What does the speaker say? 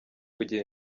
kugira